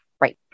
Right